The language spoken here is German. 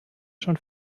schon